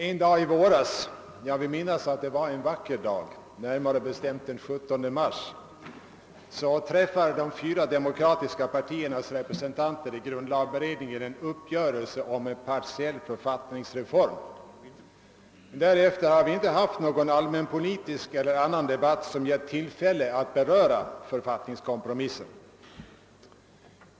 En dag i våras — jag vill minnas att det var en vacker dag, närmare bestämt den 17 mars — träffade de fyra demo kratiska partiernas representanter i grundlagberedningen en uppgörelse om en partiell författningsreform. Därefter har vi inte haft någon allmänpolitisk eller annan debatt som gett oss tillfälle att beröra författningskompromissen.